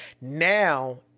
now